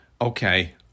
okay